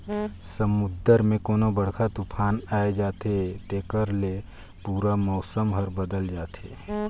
समुन्दर मे कोनो बड़रखा तुफान आये जाथे तेखर ले पूरा मउसम हर बदेल जाथे